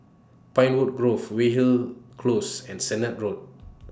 Pinewood Grove Weyhill Close and Sennett Road